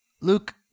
Luke